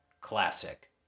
Classic